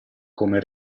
come